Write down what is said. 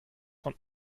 von